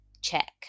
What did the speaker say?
check